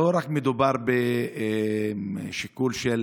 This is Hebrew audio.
לא מדובר רק בשיקול של